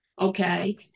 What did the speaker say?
okay